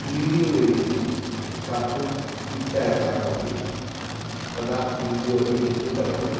video editing कर्तुम् इच्छा यदा भवदि तदा वीडियो एडिटिङ्ग् करोमि